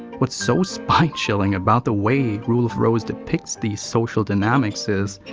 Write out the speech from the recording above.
what's so spine-chilling about the way rule of rose depicts these social dynamics is.